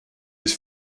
his